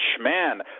man